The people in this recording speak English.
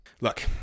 Look